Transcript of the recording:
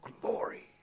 glory